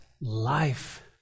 life